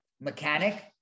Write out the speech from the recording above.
mechanic